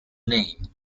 name